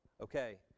okay